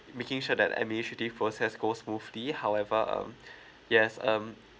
making sure that administrative process goes smoothly however um yes um